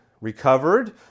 recovered